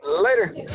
Later